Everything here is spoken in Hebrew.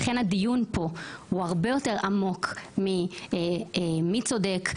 לכן הדיון כאן הוא הרבה יותר עמוק ממי צודק,